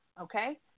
Okay